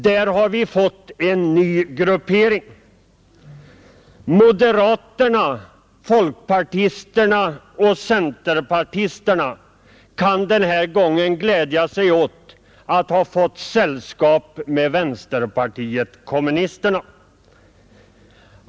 Där har vi fått en ny gruppering. Moderaterna, folkpartisterna och centerpartisterna kan den här gången glädja sig åt att ha fått sällskap med vänsterpartiet kommunisterna.